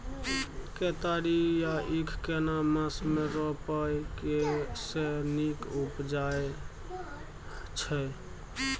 केतारी या ईख केना मास में रोपय से नीक उपजय छै?